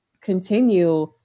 continue